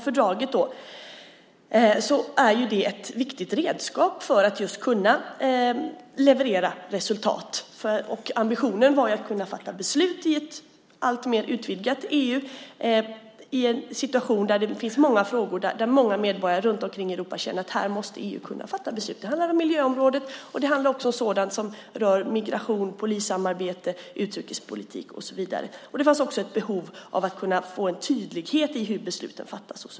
Fördraget är ett viktigt redskap för att kunna leverera resultat. Ambitionen var att kunna fatta beslut i ett alltmer utvidgat EU i en situation med frågor där många medborgare i Europa känner att EU måste kunna fatta beslut. Det handlar om miljö och sådant som rör migration, polissamarbete, utrikespolitik och så vidare. Det fanns också ett behov av att få en tydlighet i hur beslut fattas.